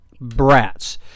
brats